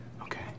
Okay